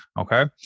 okay